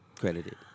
credited